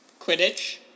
Quidditch